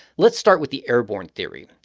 let's start with the airborne theory.